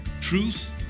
Truth